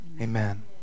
Amen